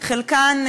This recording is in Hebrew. חלקן,